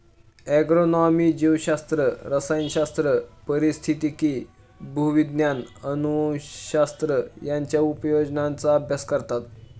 agronomy जीवशास्त्र, रसायनशास्त्र, पारिस्थितिकी, भूविज्ञान, अनुवंशशास्त्र यांच्या उपयोजनांचा अभ्यास करतात